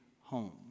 home